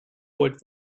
wollt